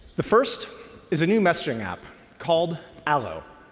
the first is a new messaging app called allo.